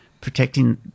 protecting